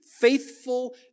Faithful